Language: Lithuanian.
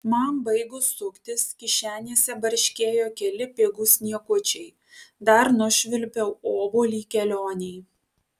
man baigus suktis kišenėse barškėjo keli pigūs niekučiai dar nušvilpiau obuolį kelionei